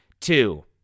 two